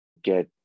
Get